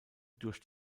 durch